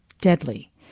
deadly